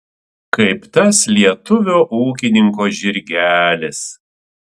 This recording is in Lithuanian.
kaip tas lietuvio ūkininko žirgelis